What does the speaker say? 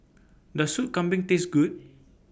Does Sup Kambing Taste Good